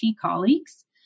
colleagues